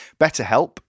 BetterHelp